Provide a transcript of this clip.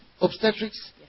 obstetrics